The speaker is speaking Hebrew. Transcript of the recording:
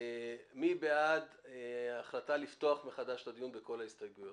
מי בעד ההצעה לפתוח מחדש את הדיון בכל ההסתייגויות?